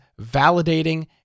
validating